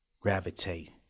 gravitate